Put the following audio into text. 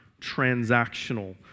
transactional